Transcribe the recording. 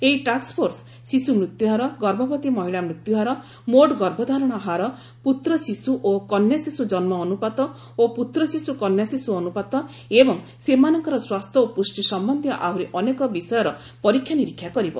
ଏହି ଟାସ୍କ୍ଫୋର୍ସ ଶିଶୁ ମୃତ୍ୟୁହାର ଗର୍ଭବତୀ ମହିଳା ମୃତ୍ୟୁହାର ମୋଟ୍ ଗର୍ଭଧାରଣ ହାର ପୁତ୍ର ଶିଶୁ ଓ କନ୍ୟା ଶିଶୁ ଜନ୍ମ ଅନୁପାତ ଓ ପୁତ୍ର ଶିଶୁ କନ୍ୟା ଶିଶୁ ଅନୁପାତ ଏବଂ ସେମାନଙ୍କର ସ୍ୱାସ୍ଥ୍ୟ ଓ ପୁଷ୍ଟି ସମ୍ଭନ୍ଧୀୟ ଆହୁରି ଅନେକ ବିଷୟର ପରୀକ୍ଷା ନରୀକ୍ଷା କରିବ